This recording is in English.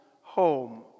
home